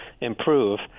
improve